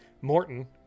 Morton